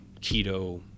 keto